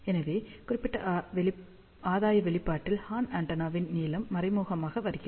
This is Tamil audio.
எனவே குறிப்பிட்ட ஆதாய வெளிப்பாட்டில் ஹார்ன் ஆண்டெனாவின் நீளம் மறைமுகமாக வருகிறது